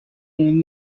and